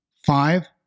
Five